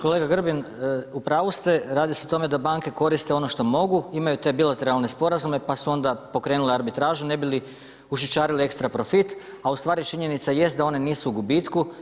Kolega Grbin, u pravu ste, radi se o tome da banke koriste ono što mogu, imaju te bilateralne sporazume pa su onda pokrenule arbitražu ne bi li ušićarili ekstra profit a ustvari činjenica jest da one nisu u gubitku.